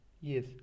yes